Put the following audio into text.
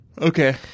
Okay